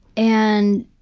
and